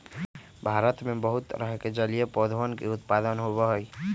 भारत में बहुत तरह के जलीय पौधवन के उत्पादन होबा हई